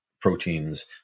proteins